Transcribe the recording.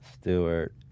Stewart